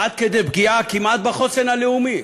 עד כדי פגיעה כמעט בחוסן הלאומי?